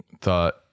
thought